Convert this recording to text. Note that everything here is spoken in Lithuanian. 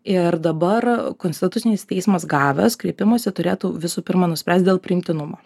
ir dabar konstitucinis teismas gavęs kreipimąsi turėtų visų pirma nuspręst dėl priimtinumo